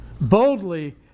boldly